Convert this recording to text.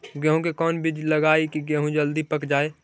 गेंहू के कोन बिज लगाई कि गेहूं जल्दी पक जाए?